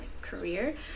career